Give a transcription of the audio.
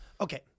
okay